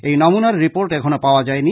এই নমুনার রিপোর্ট এখনও পাওয়া যায়নি